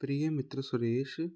ਪ੍ਰਿਯ ਮਿੱਤਰ ਸੁਰੇਸ਼